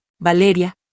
Valeria